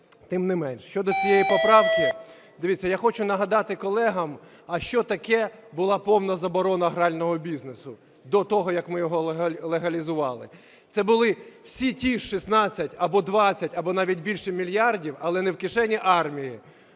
тим не менше. Щодо цієї поправки. Дивіться, я хочу нагадати колегам, а що таке була повна заборона грального бізнесу до того, як ми його легалізували. Це були всі ті 16 або 20, або навіть більше мільярдів, але не в кишені армії,